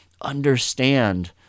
understand